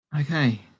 okay